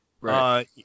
Right